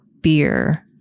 beer